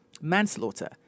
Manslaughter